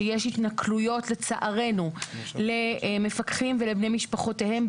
שיש לצערנו התנכלויות למפקחים ולבני משפחותיהם,